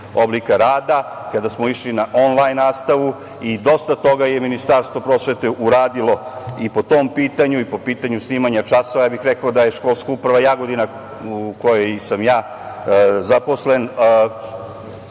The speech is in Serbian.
oblika rada, kada smo išli na onlajn nastavu i dosta toga je i Ministarstvo prosvete uradilo i po tom pitanju i po pitanju snimanja časova. Ja bih rekao da je Školska uprava Jagodina u kojoj sam i ja zaposlen,